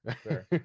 sure